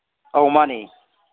ꯑꯧ ꯃꯥꯅꯦ